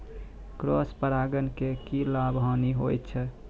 Cross परागण के की लाभ, हानि होय छै?